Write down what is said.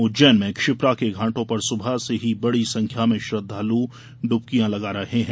उज्जैन में क्षिप्रा के घाटों पर सुबह से ही बड़ी संख्या में श्रद्वालु डुबर्की लगा रहे हैं